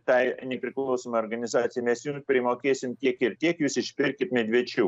tai nepriklausomai organizacijai mes jum primokėsim tiek ir tiek jūs išpirkit medvičiuk